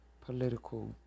political